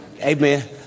Amen